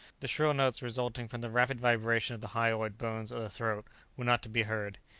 the shrill notes resulting from the rapid vibration of the hyoid bones of the throat were not to be heard.